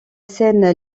scène